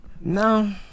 No